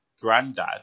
granddad